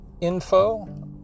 info